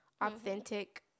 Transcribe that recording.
Authentic